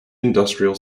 industrial